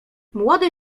młody